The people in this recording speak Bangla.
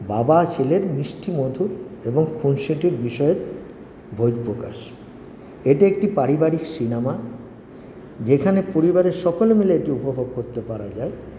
বাবা ছেলের মিষ্টি মধুর এবং খুনসুটির বিষয়ের বহিঃপ্রকাশ এটি একটি পারিবারিক সিনেমা যেখানে পরিবারের সকলে মিলে এটি উপভোগ করতে পারা যায়